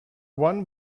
one